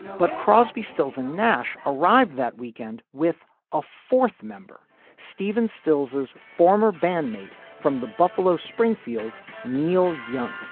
but crosby stills and nash arrived that weekend with a fourth member stephen stills his former band mate from the buffalo springfield neil young